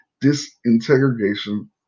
disintegration